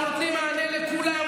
אנחנו נותנים מענה לכולם,